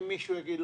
אם מישהו יגיד,